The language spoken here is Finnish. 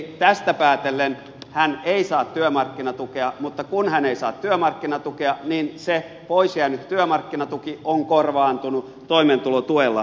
tästä päätellen hän ei saa työmarkkinatukea mutta kun hän ei saa työmarkkinatukea niin se poisjäänyt työmarkkinatuki on korvaantunut toimeentulotuella